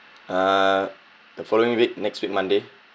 uh the following week next week monday